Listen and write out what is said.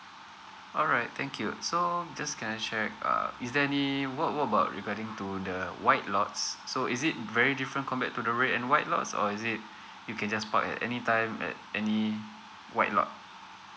alright thank you so just can I check uh uh is there any what what about regarding to the white lots so is it very different compared to the red and white lots or is it you can just park at any time at any white lot